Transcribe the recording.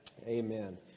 amen